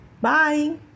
bye